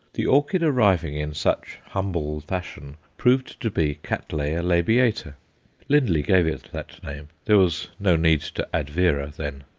the orchid arriving in such humble fashion proved to be cattleya labiata lindley gave it that name there was no need to add vera then.